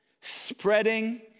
spreading